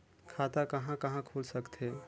खाता कहा कहा खुल सकथे?